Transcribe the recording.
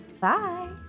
Bye